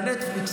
בנטפליקס,